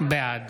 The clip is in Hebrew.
בעד